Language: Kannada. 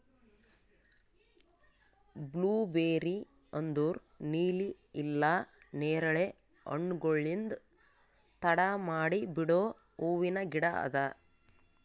ಬ್ಲೂಬೇರಿ ಅಂದುರ್ ನೀಲಿ ಇಲ್ಲಾ ನೇರಳೆ ಹಣ್ಣುಗೊಳ್ಲಿಂದ್ ತಡ ಮಾಡಿ ಬಿಡೋ ಹೂವಿನ ಗಿಡ ಅದಾ